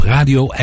Radio